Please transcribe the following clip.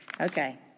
Okay